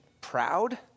proud